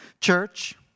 Church